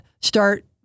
start